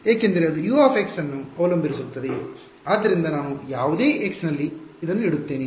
ಏಕೆಂದರೆ ಅದು U ಅನ್ನು ಅವಲಂಬಿಸಿರುತ್ತದೆ ಆದ್ದರಿಂದ ನಾನು ಯಾವುದೇ x ನಲ್ಲಿ ಇದನ್ನು ಇಡುತ್ತೇನೆ